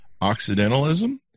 Occidentalism